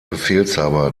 befehlshaber